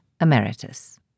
emeritus